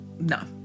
no